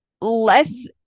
less